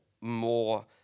more